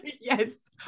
yes